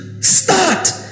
Start